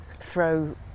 throw